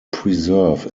preserve